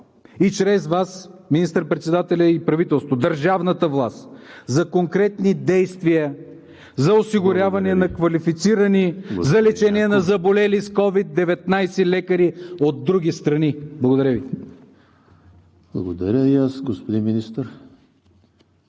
и чрез Вас министър-председателя и правителството, държавната власт, за конкретни действия за осигуряване на квалифицирани за лечение на заболели с COVID-19 лекари от други страни. Благодаря Ви. ПРЕДСЕДАТЕЛ ЕМИЛ ХРИСТОВ: